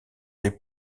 les